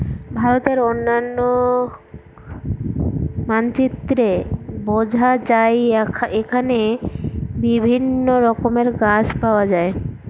ভারতের অনন্য মানচিত্রে বোঝা যায় এখানে বিভিন্ন রকমের গাছ পাওয়া যায়